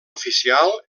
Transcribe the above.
oficial